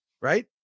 right